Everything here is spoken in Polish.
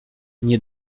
nie